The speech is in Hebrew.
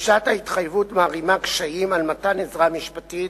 דרישת ההתחייבות מערימה קשיים על מתן עזרה משפטית,